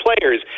players